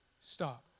stop